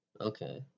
Okay